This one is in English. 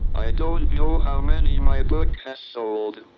i don't know how many my book has sold,